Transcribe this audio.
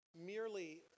merely